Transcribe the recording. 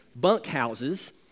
bunkhouses